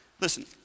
Listen